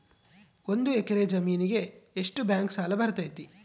ಒಂದು ಎಕರೆ ಜಮೇನಿಗೆ ಎಷ್ಟು ಬ್ಯಾಂಕ್ ಸಾಲ ಬರ್ತೈತೆ?